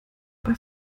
bei